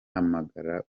mpamagara